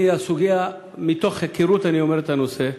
מתוך היכרות את הנושא,